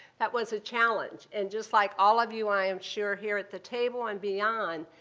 that was a challenge. and just like all of you, i am sure here at the table and beyond,